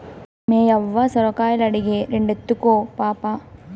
మేయవ్వ సొరకాయలడిగే, రెండెత్తుకో పాపా